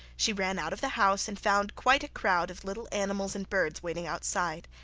she ran out of the house, and found quite a crowd of little animals and birds waiting outside.